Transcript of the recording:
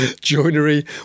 Joinery